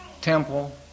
temple